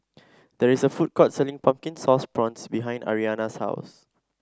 there is a food court selling Pumpkin Sauce Prawns behind Ariana's house